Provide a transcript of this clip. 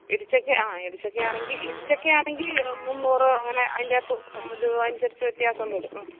ഇടിച്ചക്ക ആ ഇടിച്ചക്കയാണെങ്കിൽ ഇടിച്ചക്കയാണെങ്കിൽ മുന്നൂറ് അങ്ങനെ അതിൻറ്റകത്ത് തൂക്കവും ഇത് അനുസരിച്ച് വ്യത്യാസം വരും ഉം